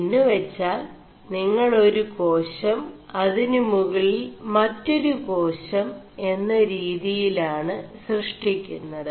എMുെവgാൽ നിÆൾ ഒരു േകാശം അതിനു മുകളിൽ മൊരു േകാശം എM രീതിയിലാണ് സൃഷ്ടി ുMത്